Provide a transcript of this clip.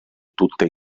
tutte